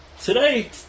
Today